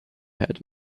had